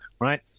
right